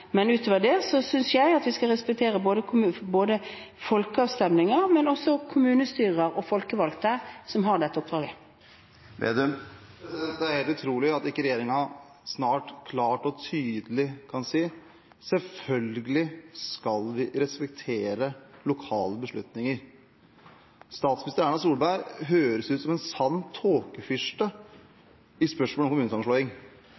Men utover det synes jeg at vi skal respektere folkeavstemninger, men også kommunestyrer og folkevalgte som har dette oppdraget. Det er helt utrolig at ikke regjeringen snart klart og tydelig kan si: Selvfølgelig skal vi respektere lokale beslutninger. Statsminister Erna Solberg høres ut som en sann